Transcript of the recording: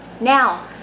Now